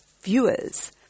Viewers